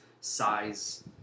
size